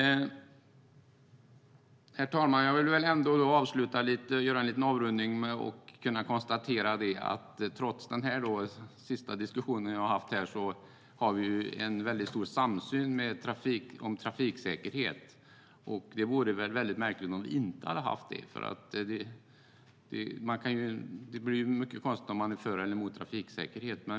Herr talman! Jag vill avrunda med att konstatera att vi, trots den sista diskussionen jag berörde, har en väldigt stor samsyn om trafiksäkerhet. Det vore väl märkligt om vi inte hade haft det - det blir ju mycket konstigt att fråga sig om man är för eller emot trafiksäkerhet.